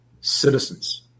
citizens